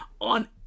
on